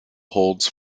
holds